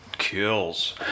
kills